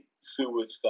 suicide